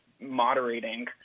moderating